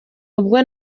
ubwo